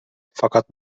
fakat